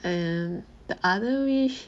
mm the other wish